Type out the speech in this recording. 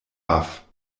baff